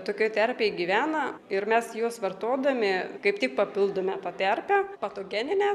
tokioj terpėj gyvena ir mes juos vartodami kaip tik papildome tą terpę patogeninę